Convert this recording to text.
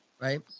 Right